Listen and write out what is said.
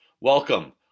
Welcome